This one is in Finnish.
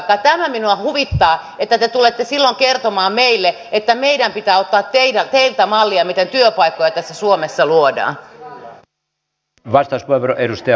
tämä minua huvittaa että te tulette silloin kertomaan meille että meidän pitää ottaa teiltä mallia miten työpaikkoja tässä suomessa luodaan